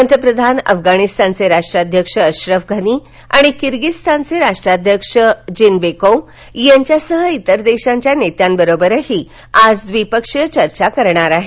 पंतप्रधान अफगाणिस्तानचे राष्ट्राध्यक्ष अश्रफ घनी आणि किर्गिझस्तानचे राष्ट्राध्यक्ष जीन्बेकोव यांच्यासह इतर देशांच्या नेत्यांबरोबरही द्विपक्षीय चर्चा करणार आहेत